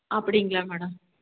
அப்படிங்களா மேடம்